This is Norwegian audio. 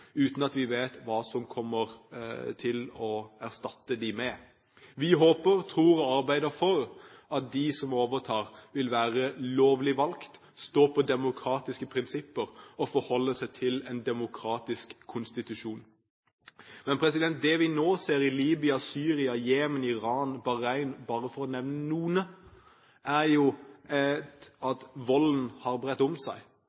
uten at vi vet hva man kommer til å erstatte dem med. Vi håper og tror og arbeider for at de som overtar, vil være lovlig valgt, stå på demokratiske prinsipper og forholde seg til en demokratisk konstitusjon. Men det vi nå ser i Libya, Syria, Jemen, Iran, Bahrain, bare for å nevne noen, er jo at volden har bredt om seg,